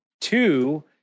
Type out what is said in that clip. two